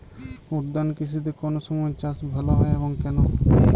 উদ্যান কৃষিতে কোন সময় চাষ ভালো হয় এবং কেনো?